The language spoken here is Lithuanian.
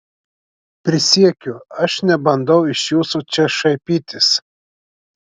prisiekiu aš nebandau iš jūsų čia šaipytis